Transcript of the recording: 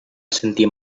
assentir